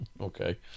Okay